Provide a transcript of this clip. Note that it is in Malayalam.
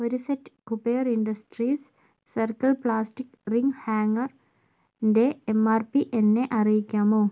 ഒരു set Kuber industries circle plastic ring ഹാംഗർന്റെ എം ആർ പി എന്നെ അറിയിക്കാമോ